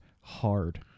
hard